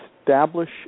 Establish